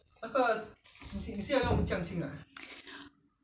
hav~ have to put have to put in soya sauce and dark soy sauce